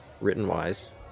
written-wise